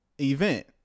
Event